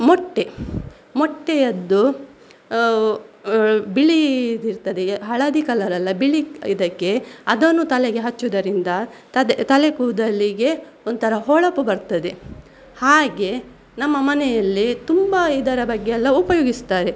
ಮೊಟ್ಟೆ ಮೊಟ್ಟೆಯದ್ದು ಬಿಳಿ ಇದಿರ್ತದೆ ಹಳದಿ ಕಲರಲ್ಲ ಬಿಳಿ ಇದಕ್ಕೆ ಅದನ್ನು ತಲೆಗೆ ಹಚ್ಚುವುದರಿಂದ ತದೆ ತಲೆ ಕೂದಲಿಗೆ ಒಂಥರ ಹೊಳಪು ಬರ್ತದೆ ಹಾಗೆ ನಮ್ಮ ಮನೆಯಲ್ಲಿ ತುಂಬ ಇದರ ಬಗ್ಗೆ ಎಲ್ಲ ಉಪಯೋಗಿಸುತ್ತಾರೆ